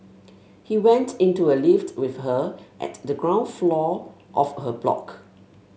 he went into a lift with her at the ground floor of her block